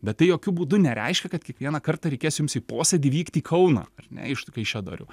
bet tai jokiu būdu nereiškia kad kiekvieną kartą reikės jums į posėdį vykti į kauną ar ne iš tų kaišiadorių